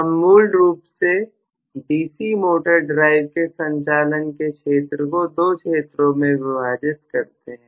हम मूल रूप से डीसी मोटर ड्राइव के संचालन के क्षेत्र को 2 क्षेत्रों में विभाजित करते हैं